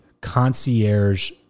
concierge